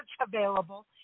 available